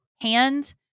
hand